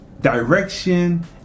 direction